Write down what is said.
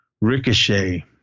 Ricochet